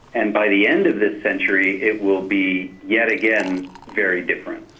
and by the end of this century it will be yet again very different.